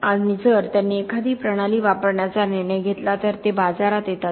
आणि जर त्यांनी एखादी प्रणाली वापरण्याचा निर्णय घेतला तर ते बाजारात येतात